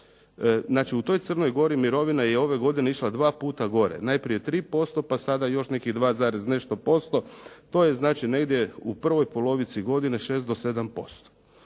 Znači, u toj Crnoj Gori mirovina je ove godine išla dva puta gore, najprije 3% pa sada još nekih 2 i nešto posto. To je znači negdje u prvoj polovici godine 6 do 7%.